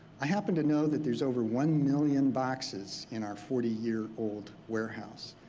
i happen to know that there's over one million boxes in our forty year old warehouse.